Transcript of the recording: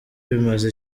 bimaze